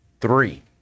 Three